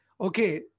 okay